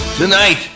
Tonight